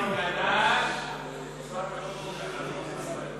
אדוני היושב-ראש,